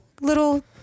little